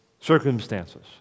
circumstances